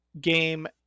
game